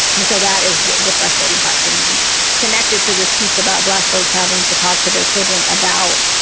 and so that is the frustrating part for me connected to this piece about black folks having to talk to their children about,